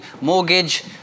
mortgage